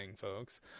folks